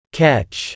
catch